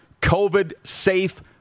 COVID-safe